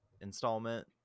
installment